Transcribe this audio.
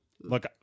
Look